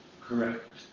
correct